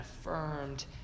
affirmed